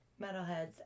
metalheads